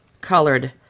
colored